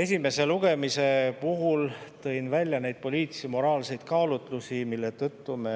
Esimese lugemise puhul tõin välja need poliitilised ja moraalsed kaalutlused, mille tõttu me